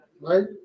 Right